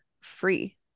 free